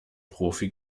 profi